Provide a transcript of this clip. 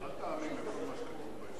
אל תאמין לכל מה שאומרים.